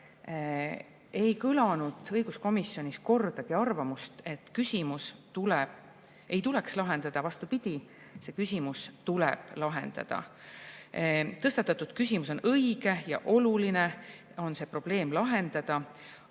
ei kõlanud õiguskomisjonis kordagi arvamust, et küsimust ei tuleks lahendada, vastupidi, küsimus tuleb lahendada. Tõstatatud küsimus on õige ja on oluline see probleem lahendada.